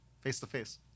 face-to-face